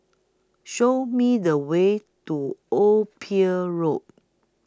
Show Me The Way to Old Pier Road